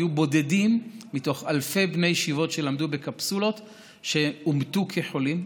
היו בודדים מתוך אלפי בני ישיבות שלמדו בקפסולות ואומתו כחולים,